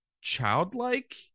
childlike